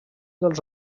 dels